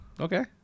okay